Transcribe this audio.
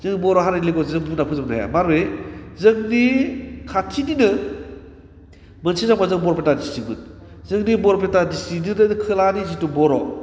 जोङो बर' हारिनि लेंगुवेजखौ जोङो बुंनानै फोजोबनो हाया माबोरै जोंनि खाथिनिनो मोनसे समाव जों बरपेटा डिसट्रिकमोन जोंनि बरपेटा डिसट्रिकनिनो खोलानि जिथु बर'